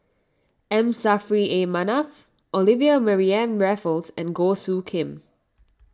M Saffri A Manaf Olivia Mariamne Raffles and Goh Soo Khim